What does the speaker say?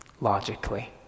logically